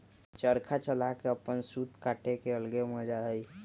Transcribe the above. चरखा चला के अपन सूत काटे के अलगे मजा हई